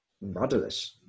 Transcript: rudderless